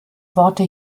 worte